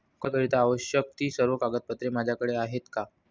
कर्जाकरीता आवश्यक ति सर्व कागदपत्रे माझ्याकडे आहेत का?